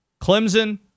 Clemson